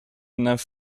enough